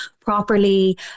properly